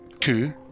Two